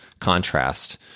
contrast